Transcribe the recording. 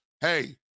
Hey